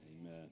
Amen